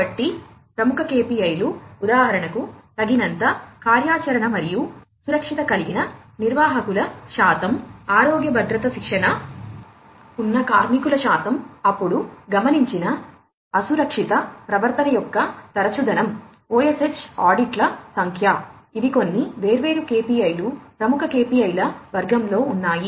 కాబట్టి ప్రముఖ KPIలు ఉదాహరణకు తగినంత కార్యాచరణ మరియు సురక్షిత కలిగిన నిర్వాహకుల శాతం ఆరోగ్య భద్రత శిక్షణ తగినంత కార్యాచరణ మరియు భద్రతా శిక్షణ ఉన్న కార్మికుల శాతం అప్పుడు గమనించిన అసురక్షిత ప్రవర్తన యొక్క తరచుదనం OSH ఆడిట్ల సంఖ్య ఇవి కొన్ని వేర్వేరు KPIలు ప్రముఖ KPIల వర్గంలో ఉన్నాయి